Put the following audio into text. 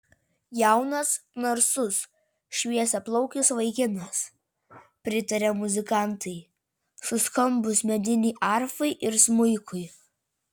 jaunas narsus šviesiaplaukis vaikinas pritarė muzikantai suskambus medinei arfai ir smuikui